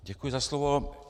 Děkuji za slovo.